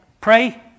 Pray